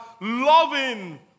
loving